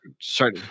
Sorry